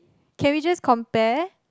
can we just compare